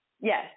Yes